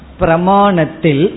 pramanatil